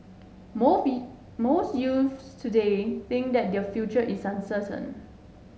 most youths today think that their future is uncertain